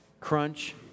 crunch